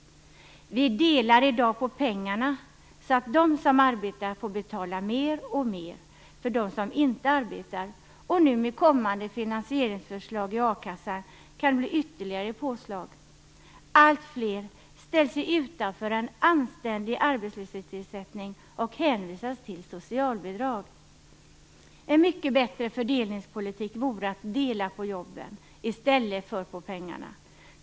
Vi delar i dag på pengarna, så att de som arbetar får betala mer och mer för dem som inte arbetar, och med kommande finansieringsförslag i a-kassan kan det nu bli ytterligare påslag. Alltfler ställs ju utanför en anständig arbetslöshetsersättning och hänvisas till socialbidrag. En mycket bättre fördelningspolitik vore att dela på jobben i stället för på pengarna.